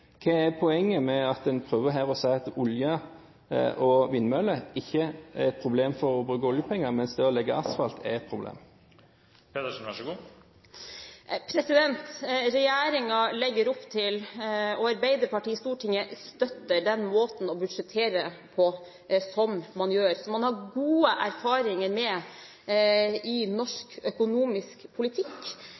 Hva er poenget med at en her prøver å si at olje og vindmøller ikke er et problem når det gjelder å bruke oljepenger, mens det å legge asfalt er et problem? Regjeringen legger opp til, og Arbeiderpartiet i Stortinget støtter, den måten å budsjettere på som man gjør, og som man har gode erfaringer med i norsk økonomisk politikk.